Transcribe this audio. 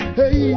hey